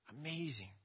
Amazing